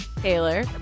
Taylor